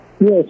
Yes